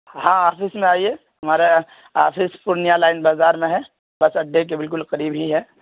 ہاں آفس میں آئیے ہمارا آفس پورنیہ لائن بازار میں ہے بس اڈے کے بالکل قریب ہی ہے